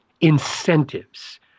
incentives